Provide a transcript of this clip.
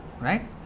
right